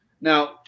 Now